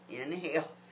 Inhale